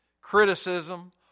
criticism